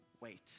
wait